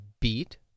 beat